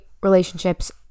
relationships